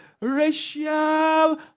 racial